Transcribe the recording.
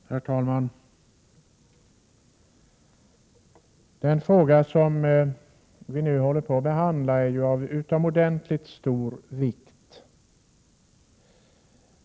Herr talman! Den fråga som vi nu håller på att behandla är av utomordentligt stor vikt.